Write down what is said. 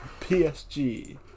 PSG